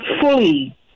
fully